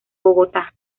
bogotá